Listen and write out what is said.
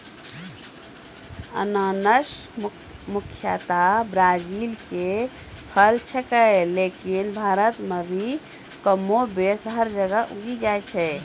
अनानस मुख्यतया ब्राजील के फल छेकै लेकिन भारत मॅ भी कमोबेश हर जगह उगी जाय छै